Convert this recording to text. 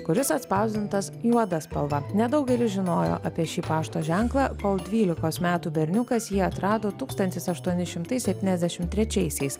kuris atspausdintas juoda spalva nedaugelis žinojo apie šį pašto ženklą kol dvylikos metų berniukas jį atrado tūkstantis aštuoni šimtai septyniasdešim trečiaisiais